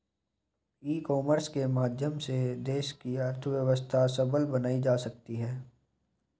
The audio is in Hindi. ई कॉमर्स के माध्यम से देश की अर्थव्यवस्था सबल बनाई जा सकती है